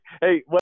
Hey